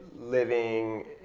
Living